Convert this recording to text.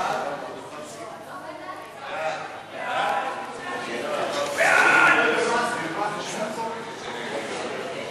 הודעת הממשלה על רצונה להחיל דין רציפות על